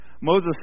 Moses